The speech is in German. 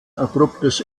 abruptes